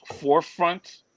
forefront